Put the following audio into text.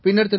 பின்னர் திரு